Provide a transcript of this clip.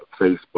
Facebook